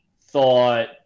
thought